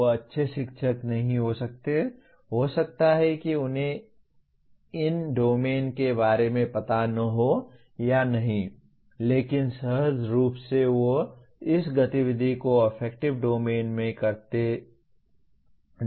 वे एक अच्छे शिक्षक नहीं हो सकते हैं हो सकता है कि उन्हें इन डोमेन के बारे में पता न हो या नहीं लेकिन सहज रूप से वे इस गतिविधि को अफेक्टिव डोमेन में करते दिखते हैं